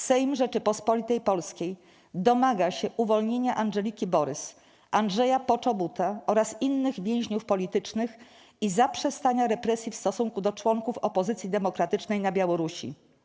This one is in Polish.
Sejm Rzeczypospolitej Polskiej domaga się uwolnienia Andżeliki Borys, Andrzeja Poczobuta oraz innych więźniów politycznych i zaprzestania represji w stosunku do członków opozycji demokratycznej na Białorusi.